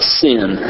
sin